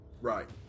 Right